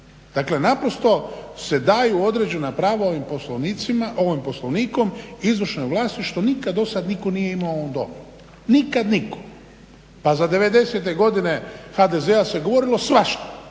Dakle, naprosto se daju određena prava ovim Poslovnikom izvršnoj vlasti što nikad dosad nitko nije imao u ovom Domu, nikad nitko! Pa za '90-e godine HDZ-a se govorilo svašta,